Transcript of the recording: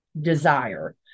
desire